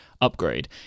upgrade